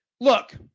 look